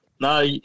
No